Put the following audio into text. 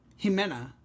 Jimena